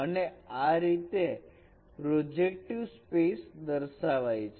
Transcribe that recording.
અને આ રીતે પ્રોજેક્ટિવ સ્પેસ દર્શાવાઈ છે